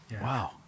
Wow